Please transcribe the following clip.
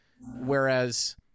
Whereas